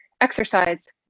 exercise